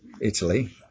Italy